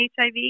HIV